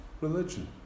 religion